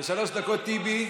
ושלוש דקות טיבי.